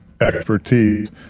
expertise